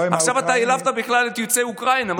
עכשיו העלבת בכלל את יוצאי אוקראינה.